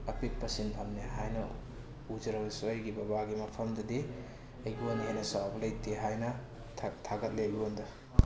ꯑꯄꯤꯛꯄ ꯁꯤꯟꯐꯝꯅꯦ ꯍꯥꯏꯅ ꯎꯖꯔꯕꯁꯨ ꯑꯩꯒꯤ ꯕꯕꯥꯒꯤ ꯃꯐꯝꯗꯗꯤ ꯑꯩꯉꯣꯟꯗꯒꯤ ꯍꯦꯟꯅ ꯆꯥꯎꯕ ꯂꯩꯇꯦ ꯍꯥꯏꯅ ꯊꯥꯒꯠꯂꯤ ꯑꯩꯉꯣꯟꯗ